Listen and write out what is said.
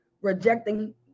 rejecting